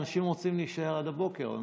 אנשים רוצים להישאר עד הבוקר.